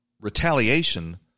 retaliation